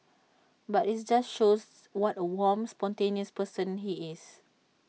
but IT just shows what A warm spontaneous person he is